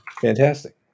fantastic